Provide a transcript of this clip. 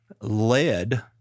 led